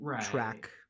track